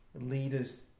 leaders